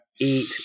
eat